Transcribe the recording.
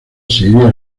siria